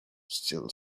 still